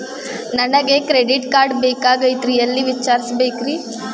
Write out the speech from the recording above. ನನಗೆ credit card ಬೇಕಾಗಿತ್ರಿ ಎಲ್ಲಿ ವಿಚಾರಿಸಬೇಕ್ರಿ?